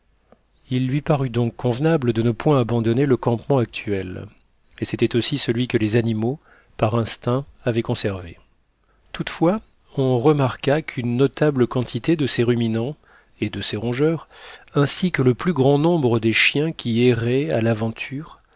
il lui parut donc convenable de ne point abandonner le campement actuel et c'était aussi celui que les animaux par instinct avaient conservé toutefois on remarqua qu'une notable quantité de ces ruminants et de ces rongeurs ainsi que le plus grand nombre des chiens qui erraient à l'aventure